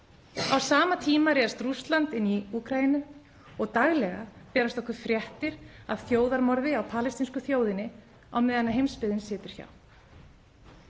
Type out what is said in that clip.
Á sama tíma réðst Rússland inn í Úkraínu og daglega berast okkur fréttir af þjóðarmorði á palestínsku þjóðinni á meðan heimsbyggðin situr hjá.